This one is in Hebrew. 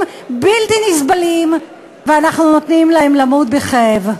בלתי נסבלים ואנחנו נותנים להם למות בכאב.